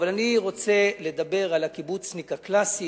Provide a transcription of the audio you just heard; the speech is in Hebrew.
אבל אני רוצה לדבר על הקיבוצניק הקלאסי,